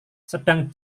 sedang